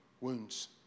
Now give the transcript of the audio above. wounds